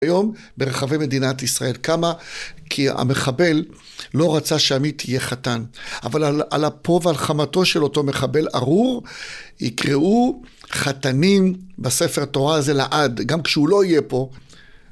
היום ברחבי מדינת ישראל. כמה? כי המחבל לא רצה שעמית תהיה חתן. אבל על אפו הלחמתו של אותו מחבל ערור יקראו חתנים בספר התורה הזה לעד, גם כשהוא לא יהיה פה.